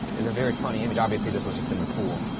it's a very funny image, obviously this was just in the pool.